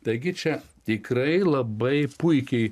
taigi čia tikrai labai puikiai